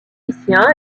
titien